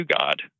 God